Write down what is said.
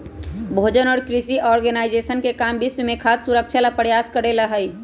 भोजन और कृषि ऑर्गेनाइजेशन के काम विश्व में खाद्य सुरक्षा ला प्रयास करे ला हई